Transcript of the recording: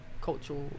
cultural